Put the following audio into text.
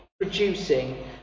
producing